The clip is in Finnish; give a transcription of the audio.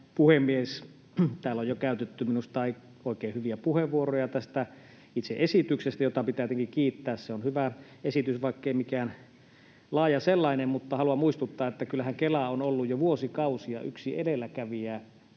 Täällä on jo käytetty minusta oikein hyviä puheenvuoroja tästä itse esityksestä, josta pitää tietenkin kiittää — se on hyvä esitys, vaikkei mikään laaja sellainen. Mutta haluan muistuttaa, että kyllähän Kela on ollut jo vuosikausia yksi edelläkävijä